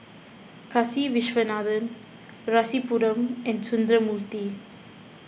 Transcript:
Kasiviswanathan Rasipuram and Sundramoorthy